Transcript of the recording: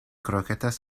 croquetas